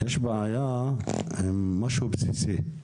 יש בעיה עם משהו בסיסי.